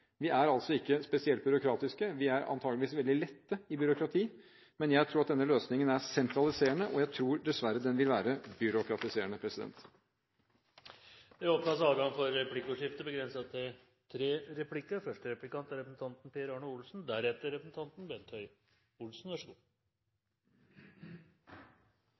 Vi er altså ikke spesielt byråkratiske, vi er antakeligvis veldig lette i byråkrati. Jeg tror at denne løsningen er sentraliserende, og jeg tror dessverre den vil være byråkratiserende. Det blir replikkordskifte. La meg først få takke statsråden for at han stadig vekk påpeker det som er bra i norsk helsevesen, og